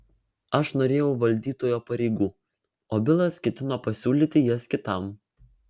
aš norėjau valdytojo pareigų o bilas ketino pasiūlyti jas kitam